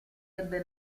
ebbe